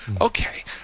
Okay